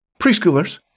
Preschoolers